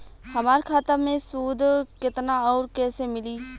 हमार खाता मे सूद केतना आउर कैसे मिलेला?